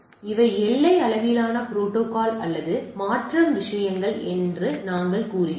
இவை எல்லை அளவிலான புரோட்டோகால் அல்லது மாற்றம் விஷயங்கள் என்று நாங்கள் கூறுகிறோம்